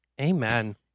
Amen